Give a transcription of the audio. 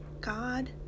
God